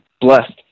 blessed